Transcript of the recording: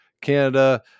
Canada